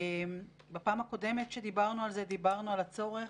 בפעם הקודמת כשדיברנו על זה, דיברנו על הצורך